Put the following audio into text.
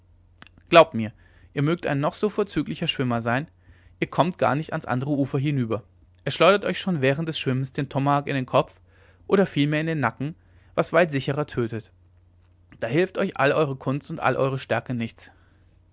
glaubt mir ihr mögt ein noch so vorzüglicher schwimmer sein ihr kommt gar nicht ans andere ufer hinüber er schleudert euch schon während des schwimmens den tomahawk in den kopf oder vielmehr in den nacken was weit sicherer tötet da hilft euch alle eure kunst und alle eure stärke nichts